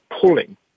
pulling